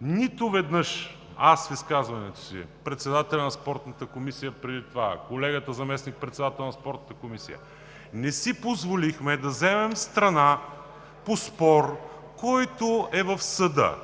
нито веднъж, а преди това председателят на Спортната комисия, колегата заместник-председател на Спортната комисия не си позволихме да вземем страна по спор, който е в съда,